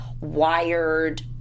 wired